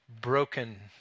broken